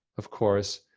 of course,